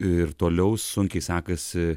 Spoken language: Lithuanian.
ir toliau sunkiai sekasi